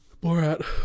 Borat